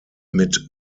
mit